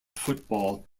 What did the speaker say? football